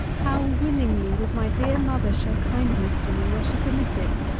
how willingly would my dear mother shew kindness to me, were she permitted!